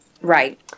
Right